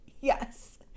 Yes